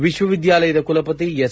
ವಿಶ್ವವಿದ್ಯಾಲಯದ ಕುಲಪತಿ ಎಸ್